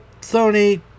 Sony